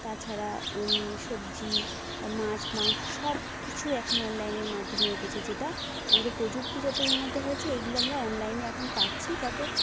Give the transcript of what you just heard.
তাছাড়া সবজি মাছ মাংস সব কিছু এখন অনলাইনের মাধ্যমে উঠেছে যেটা আমাদের প্রযুক্তি যত উন্নত হয়েছে এইগুলো আমরা অনলাইনে এখন পাচ্ছি যাতে